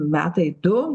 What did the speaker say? metai du